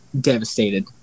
devastated